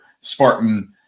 Spartan